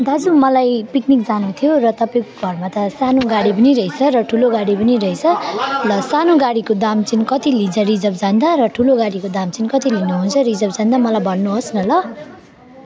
दाजु मलाई पिकनिक जानु थियो र तपाईँको घरमा त एउटा सानो गाडी रहेछ र ठुलो गाडी पनि रहेछ र सानो गाडीको दाम चाहिँ कति लिन्छ रिजर्भ जाँदा र ठुलो गाडीको दाम चाहिँ कति लिनुहुन्छ रिजर्भ जाँदा मलाई भन्नुहोस् न ल